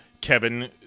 Kevin